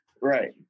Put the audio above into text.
Right